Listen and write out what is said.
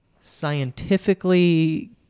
scientifically